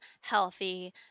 healthy